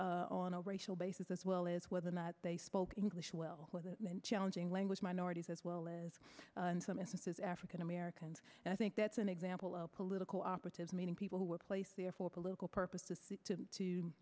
persons on a racial basis as well as whether they spoke english well with men challenging language minorities as well as in some instances african americans and i think that's an example of political operatives meaning people who were placed there for political purposes to